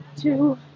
two